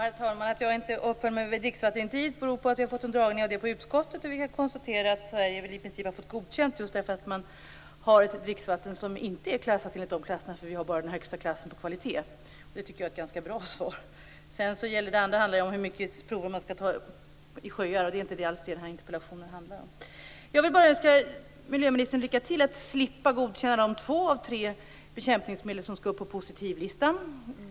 Herr talman! Att jag inte uppehåller mig vid dricksvattendirektivet beror på att vi har fått en dragning av den frågan i utskottet. Vi kan konstatera att Sverige i princip har fått godkänt just därför att vårt dricksvatten inte är klassat enligt de klasserna. Vi har nämligen bara den högsta klassen när det gäller kvalitet. Det tycker jag är ett ganska bra svar. Det andra handlar om hur mycket prov man skall ta i sjöar, och det är inte alls det som den här interpellationen handlar om. Jag vill önska miljöministern lycka till i arbetet med att slippa godkänna två av de tre bekämpningsmedel som skall upp på positivlistan.